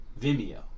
Vimeo